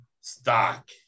stock